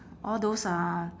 all those uh